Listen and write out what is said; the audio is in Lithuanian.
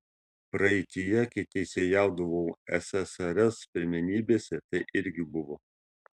praeityje kai teisėjaudavau ssrs pirmenybėse tai irgi buvo